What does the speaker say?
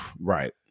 right